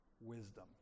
Wisdom